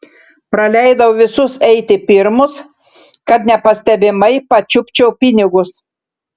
praleidau visus eiti pirmus kad nepastebimai pačiupčiau pinigus